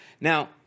Now